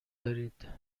دارید